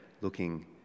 looking